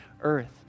earth